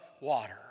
water